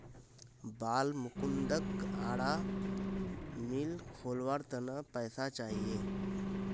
बालमुकुंदक आरा मिल खोलवार त न पैसा चाहिए